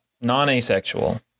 non-asexual